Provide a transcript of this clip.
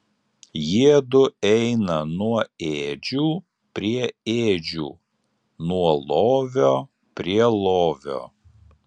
jiedu eina nuo ėdžių prie ėdžių nuo lovio prie lovio